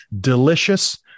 delicious